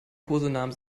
kosenamen